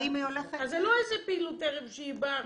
אז זו לא איזו פעילות ערב שהיא באה.